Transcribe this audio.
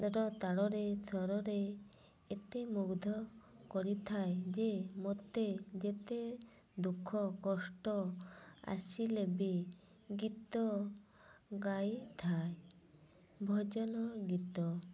ର ତାଳରେ ସ୍ୱରରେ ଏତେ ମୁଗ୍ଧ କରିଥାଏ ଯେ ମୋତେ ଯେତେ ଦୁଃଖ କଷ୍ଟ ଆସିଲେ ବି ଗୀତ ଗାଇ ଥାଏ ଭଜନ ଗୀତ